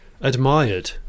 admired